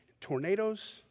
tornadoes